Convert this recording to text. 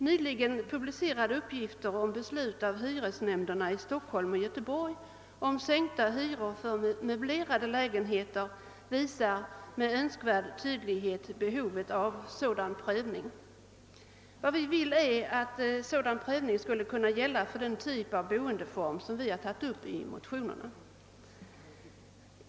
Nyligen publicerade uppgifter om beslut av hyresnämnderna i Stockholm och Göteborg om sänkta hyror för möblerade lägenheter visar med önskvärd tydlighet behovet av sådan prövning. Vad vi vill är att sådan prövning skall kunna gälla för den typ av boendeform som vi tagit upp i motionen.